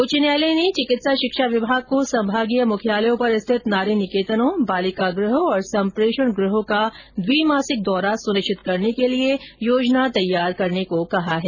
उच्च न्यायालय ने चिकित्सा शिक्षा विभाग को संभागीय मुख्यालयों पर स्थित नारी निकेतनों बालिका गृहों और संप्रेक्षण गृहों का द्विमासिक दौरा सुनिश्चित करने के लिए योजना तैयार करने को कहा है